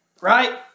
right